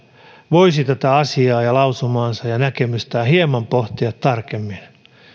voisi tätä asiaa ja lausumaansa ja näkemystään hieman pohtia tarkemmin